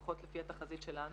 לפחות לפי התחזית שלנו.